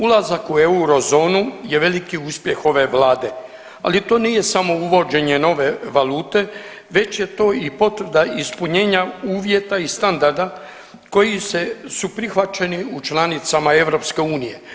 Ulazak u eurozonu je veliki uspjeh ove vlade, ali to nije samo uvođenje nove valute već je to i potvrda ispunjenja uvjeta i standarda koji su prihvaćeni u članicama EU.